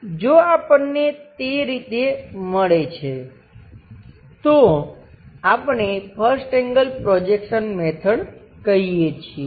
જો આપણને તે રીતે મળે છે તો આપણે 1st એંગલ પ્રોજેક્શન મેથડ કહીએ છીએ